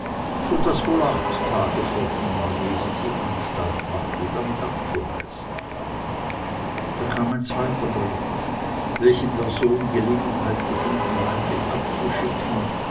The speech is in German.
so daß wohl acht tage vergingen ehe sie anstalt machte damit abzureisen da kam ein zweiter brief welchen der sohn gelegenheit gefunden heimlich abzuschicken